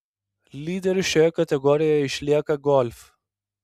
lyderiu šioje kategorijoje išlieka golf